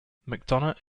mcdonough